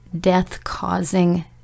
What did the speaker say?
death-causing